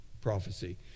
prophecy